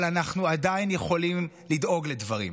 אבל אנחנו עדיין יכולים לדאוג לדברים.